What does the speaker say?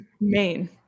Maine